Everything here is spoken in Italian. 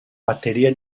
batteria